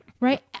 right